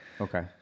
Okay